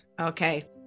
Okay